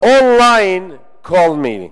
online call me.